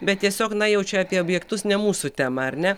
bet tiesiog na jau čia apie objektus ne mūsų tema ar ne